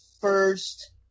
first